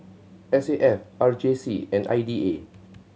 S A F R J C and I D A